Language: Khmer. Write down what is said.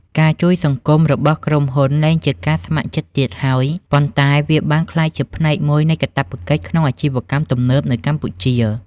ការជួយសង្គមរបស់ក្រុមហ៊ុនលែងជាការស្ម័គ្រចិត្តទៀតហើយ ប៉ុន្តែវាបានក្លាយជាផ្នែកមួយនៃកាតព្វកិច្ចក្នុងអាជីវកម្មទំនើបនៅកម្ពុជា។